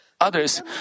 others